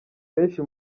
benshi